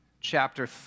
chapter